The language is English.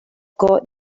got